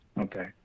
Okay